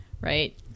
right